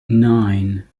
nine